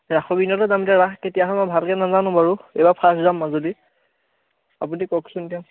ৰাসৰ পিনলৈ যামগৈ ৰাস কেতিয়া হয় মই ভালকৈ নাজানো বাৰু এইবাৰ ফাৰ্ষ্ট যাম মাজুলী আপুনি কওকচোন এতিয়া